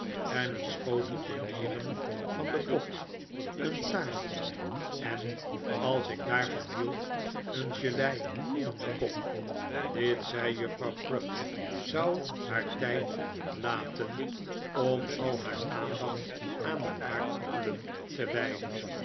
en een schoteltje nieren van den kok een taart en als ik daarvan hield een gelei van den kok dit zei juffrouw crupp zou haar tijd laten om al haar aandacht aan de aardappelen te wijden